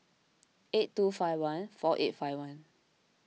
eight two five one four eight five one